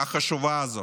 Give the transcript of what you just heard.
החשובה הזאת.